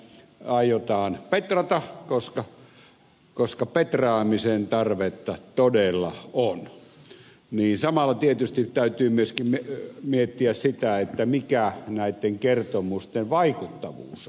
aiotaan petrata koska petraamisen tarvetta todella on niin samalla tietysti täytyy myöskin miettiä sitä mikä näitten kertomusten vaikuttavuus on